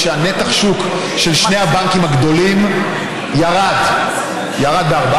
שנתח השוק של שני הבנקים הגדולים ירד ב-4%.